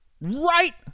Right